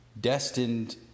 destined